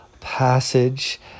passage